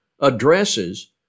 addresses